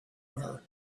her